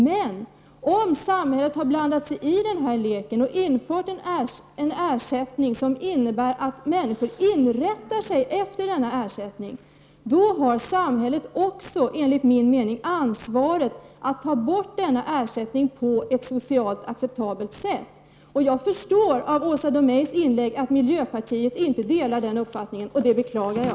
Men om samhället har blandat sig i den här leken och infört en ersättning som innebär att människor inrättar sig efter denna ersättning har samhället också, enligt min mening, ett ansvar att ta bort denna ersättning på ett socialt acceptabelt sätt. Jag förstår av Åsa Domeijs inlägg att miljöpartiet inte delar den uppfattningen, och det beklagar jag.